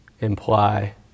imply